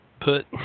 put